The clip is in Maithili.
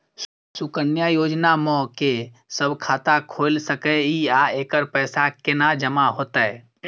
सुकन्या योजना म के सब खाता खोइल सके इ आ एकर पैसा केना जमा होतै?